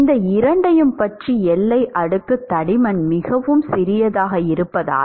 இந்த இரண்டையும் பற்றி எல்லை அடுக்கு தடிமன் மிகவும் சிறியதாக இருப்பதால்